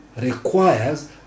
requires